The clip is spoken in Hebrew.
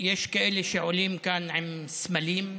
יש כאלה שעולים לכאן עם סמלים,